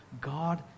God